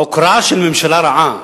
חוק רע של ממשלה רעה,